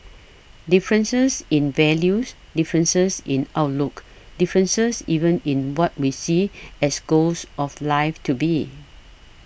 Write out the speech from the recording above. differences in values differences in outlooks differences even in what we see as goals of life to be